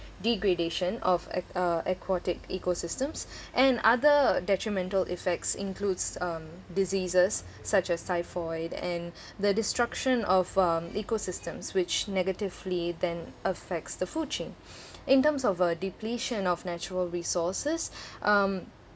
degradation of uh aquatic ecosystems and other detrimental effects includes um diseases such as typhoid and the destruction of um ecosystems which negatively then affects the food chain in terms of uh depletion of natural resources um